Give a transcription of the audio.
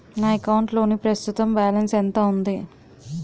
నా అకౌంట్ లోని ప్రస్తుతం బాలన్స్ ఎంత ఉంది?